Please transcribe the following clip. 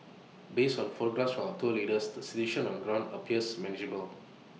based on photographs from our tour leaders the situation on the ground appears manageable